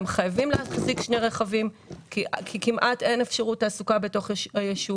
הם חייבים להחזיק שני רכבים כי כמעט ואין אפשרות תעסוקה ביישוב.